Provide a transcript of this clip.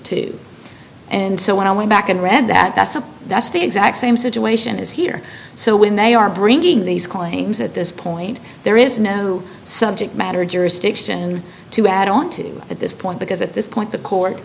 to and so when i went back and read that that's something that's the exact same situation is here so when they are bringing these claims at this point there is no subject matter jurisdiction to add on to at this point because at this point the court